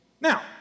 Now